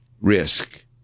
risk